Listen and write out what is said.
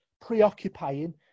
preoccupying